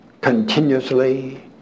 continuously